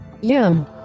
yum